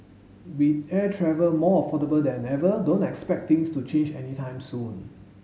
with air travel more affordable than ever don't expect things to change any time soon